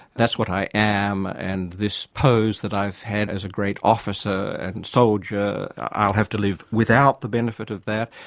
that's what i am, and this pose that i've had as a great officer and soldier i'll have to live without the benefit of that,